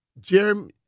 Jeremy